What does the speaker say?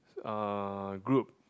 uh group